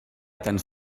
tants